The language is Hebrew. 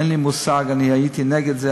אין לי מושג, אני הייתי נגד זה.